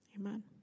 amen